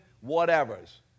whatever's